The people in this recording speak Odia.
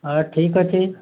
ହଁ ଠିକ୍ ଅଛି